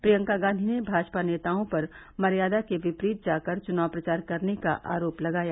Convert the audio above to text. प्रियंका गांधी ने भाजपा नेताओं पर मर्यादा के विपरीत जाकर चुनाव प्रचार करने का आरोप लगाया